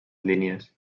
línies